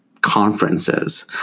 conferences